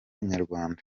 nyarwanda